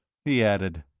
he added.